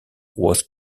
was